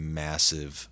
massive